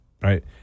Right